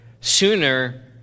sooner